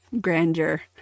grandeur